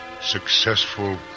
Successful